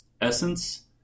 essence